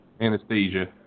Anesthesia